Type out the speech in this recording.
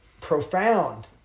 profound